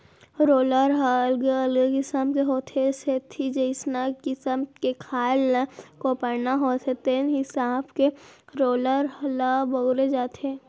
roller ह अलगे अलगे किसम के होथे ए सेती जइसना किसम के खार ल कोपरना होथे तेने हिसाब के रोलर ल बउरे जाथे